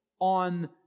On